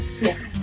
Yes